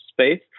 space